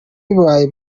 bibaye